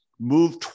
move